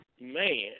Man